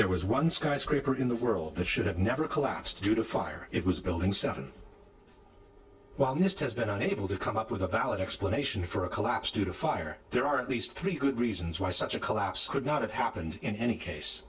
there was one skyscraper in the world that should have never collapsed due to fire it was building seven well mr has been unable to come up with a valid explanation for a collapse due to fire there are at least three good reasons why such a collapse could not have happened in any case